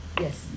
Yes